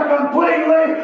completely